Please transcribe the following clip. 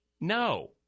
No